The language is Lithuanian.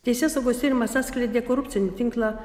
teisėsaugos tyrimas atskleidė korupcinį tinklą